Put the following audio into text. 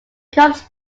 cubs